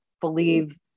believe